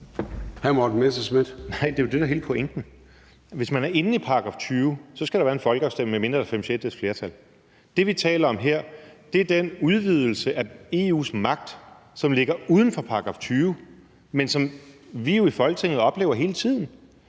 Morten Messerschmidt (DF): Nej, det er jo det, der er hele pointen. Hvis man er inde i § 20, skal der være en folkeafstemning, medmindre der er fem sjettedeles flertal. Det, vi taler om her, er den udvidelse af EU's magt, som ligger uden for § 20 men som vi jo i Folketinget hele tiden